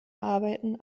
arbeiten